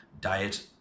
diet